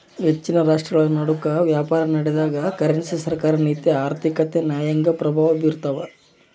ಹೆಚ್ಚಿನ ರಾಷ್ಟ್ರಗಳನಡುಕ ವ್ಯಾಪಾರನಡೆದಾಗ ಕರೆನ್ಸಿ ಸರ್ಕಾರ ನೀತಿ ಆರ್ಥಿಕತೆ ನ್ಯಾಯಾಂಗ ಪ್ರಭಾವ ಬೀರ್ತವ